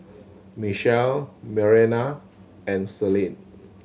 Michelle Marianna and Selene